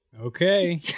Okay